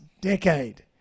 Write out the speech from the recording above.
decade